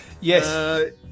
yes